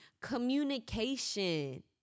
Communication